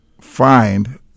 find